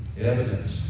Evidence